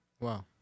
Wow